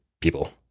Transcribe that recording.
people